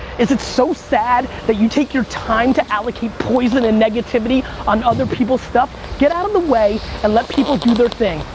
is it so sad that you take your time to allocate poison and negativity on other people's stuff? get out of the way and let people do their thing.